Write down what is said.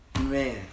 Man